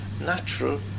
natural